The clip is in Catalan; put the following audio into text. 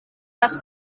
les